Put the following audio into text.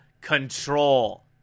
control